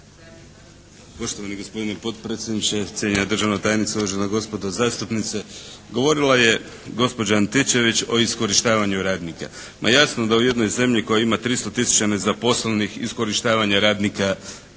Poštovani gospodine potpredsjedniče, cijenjena državna tajnice, uvažena gospođo zastupnice. Govorila je gospođa Antičević o iskorištavanju radnika. Ma jasno da u jednoj zemlji koja ima 300 tisuća nezaposlenih iskorištavanja radnika